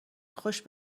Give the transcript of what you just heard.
خوش